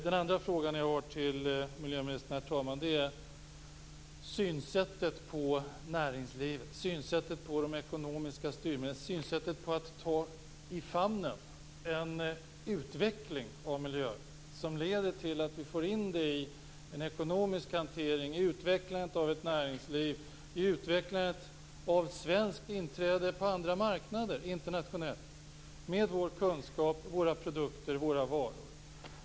Den andra frågan jag har till miljöministern är: Vilket synsätt har miljöministern på näringslivet, de ekonomiska styrmedlen och att ta i famnen en utveckling av miljöfrågorna som leder till att vi får in dem i en ekonomisk hantering, i utvecklandet av ett näringsliv och i utvecklandet av ett svenskt inträde på andra marknader internationellt med vår kunskap, våra produkter och våra varor?